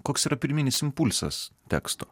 koks yra pirminis impulsas teksto